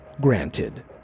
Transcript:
Granted